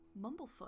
Mumblefoot